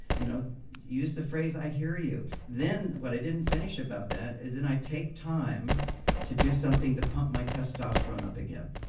you know use the phrase i hear you then, what i didn't finish about that is, then i take time to do something to pump my testosterone up again.